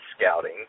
scouting